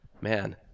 man